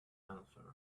answered